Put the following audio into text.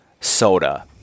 Soda